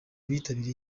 bitabiriye